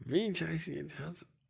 بیٚیہِ چھِ اَسہِ ییٚتہِ حظ